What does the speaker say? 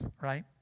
right